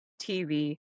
TV